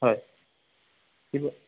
হয় দিব